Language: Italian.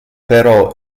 però